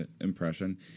impression